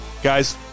Guys